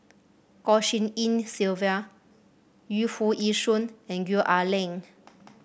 Goh Tshin En Sylvia Yu Foo Yee Shoon and Gwee Ah Leng